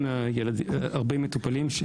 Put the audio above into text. טופלו בטבריה 40 מטופלים,